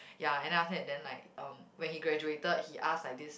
ya and then after that then like um when he graduated he ask like this